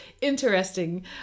interesting